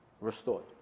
restored